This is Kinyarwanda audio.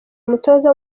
umutoza